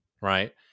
Right